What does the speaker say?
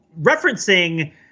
referencing